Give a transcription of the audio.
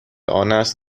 آنست